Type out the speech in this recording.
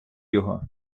його